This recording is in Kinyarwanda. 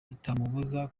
bitamubuza